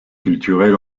culturel